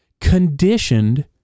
conditioned